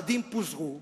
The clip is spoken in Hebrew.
אחדים פוזרו,